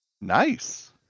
Nice